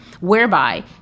whereby